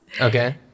Okay